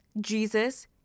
Jesus